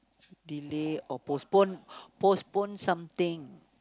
delay or postpone postpone something